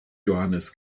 johannes